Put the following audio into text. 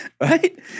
Right